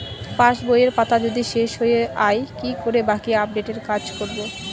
পাসবইয়ের পাতা যদি শেষ হয়ে য়ায় কি করে বাকী আপডেটের কাজ করব?